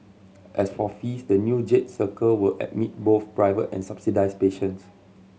as for fees the new Jade Circle will admit both private and subsidised patients